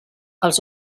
els